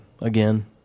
again